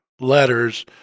letters